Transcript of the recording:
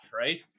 right